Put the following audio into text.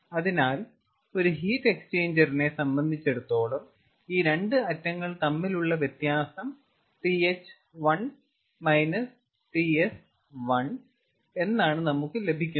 അതിനാൽ ഒരു ഹീറ്റ് എക്സ്ചേഞ്ചറിനെ സംബന്ധിച്ചിടത്തോളം ഈ 2 അറ്റങ്ങൾ തമ്മിലുള്ള വ്യത്യാസം Th1 Ts1 എന്നാണ് നമുക്ക് ലഭിക്കുന്നത്